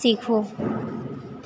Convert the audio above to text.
શીખવું